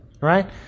right